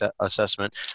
assessment